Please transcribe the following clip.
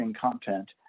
content